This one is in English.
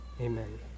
amen